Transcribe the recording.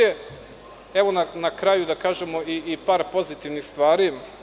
Evo na kraju da kažem i par pozitivnih stvari.